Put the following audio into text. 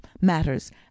matters